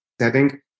setting